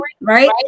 Right